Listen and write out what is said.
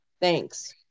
Thanks